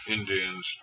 Indians